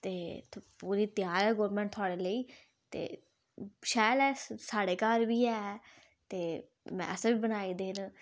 ते पूरी त्यार ऐ गौरमेंट थोह्ड़े लेईं ते शैल ऐ साढ़े घर बी ऐ ते असें बी बनाए दे न